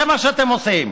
זה מה שאתם עושים.